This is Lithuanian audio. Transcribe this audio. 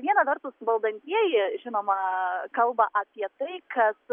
viena vertus valdantieji žinoma kalba apie tai kad